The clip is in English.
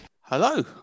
Hello